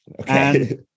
Okay